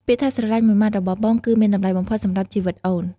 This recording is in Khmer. ពាក្យថា "ស្រឡាញ់" មួយម៉ាត់របស់បង គឺមានតម្លៃបំផុតសម្រាប់ជីវិតអូន។